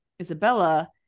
Isabella